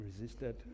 resisted